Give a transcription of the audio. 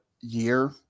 year